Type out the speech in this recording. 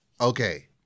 Okay